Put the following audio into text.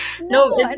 No